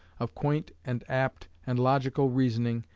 of quaint and apt and logical reasoning,